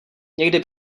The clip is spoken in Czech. někdy